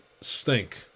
stink